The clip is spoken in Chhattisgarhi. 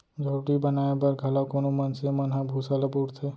झोपड़ी बनाए बर घलौ कोनो मनसे मन ह भूसा ल बउरथे